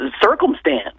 circumstance